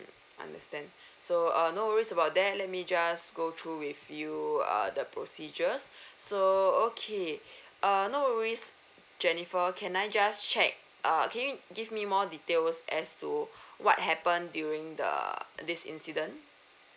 understand so uh no worries about that let me just go through with you uh the procedures so okay uh no worries jennifer can I just check uh can you give me more details as to what happened during the err this incident